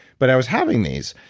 but i was having these.